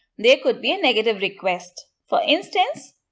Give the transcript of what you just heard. there could be a negative request. for instance,